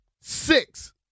six